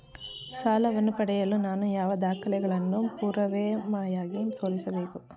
ಸಾಲವನ್ನು ಪಡೆಯಲು ನಾನು ಯಾವ ದಾಖಲೆಗಳನ್ನು ಪುರಾವೆಯಾಗಿ ತೋರಿಸಬೇಕು?